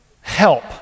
help